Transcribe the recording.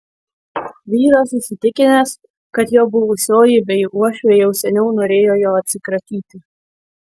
vyras įsitikinęs kad jo buvusioji bei uošvė jau seniau norėjo jo atsikratyti